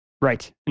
right